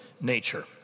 nature